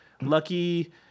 lucky